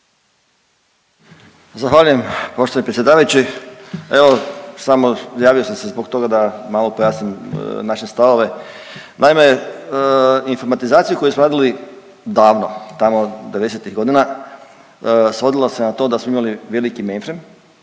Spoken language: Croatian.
Zahvaljujem poštovani predsjedavajući, evo, samo, javio sam se zbog toga da malo pojasnim naše stavove. Naime, informatizaciju koju smo radili davno, tamo 50-ih godina, svodilo se na to da smo imali veliki mainframe,